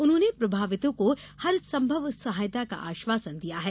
उन्होंने प्रभावितों को हरसंभव सहायता का आश्वासन दिया है